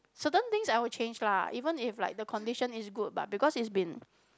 certain things I will change lah even if like the condition is good but because it's been